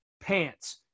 pants